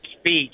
speech